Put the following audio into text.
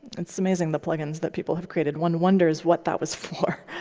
it's amazing the plugins that people have created. one wonders what that was for.